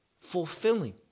fulfilling